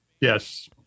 Yes